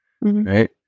Right